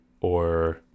or-